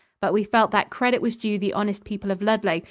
but we felt that credit was due the honest people of ludlow,